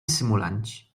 symulanci